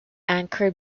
anchor